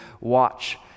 watch